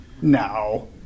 No